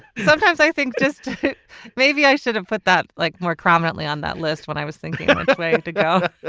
sometimes i think just maybe i should have put that like more prominently on that list when i was thinking i to go